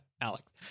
Alex